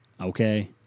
Okay